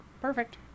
perfect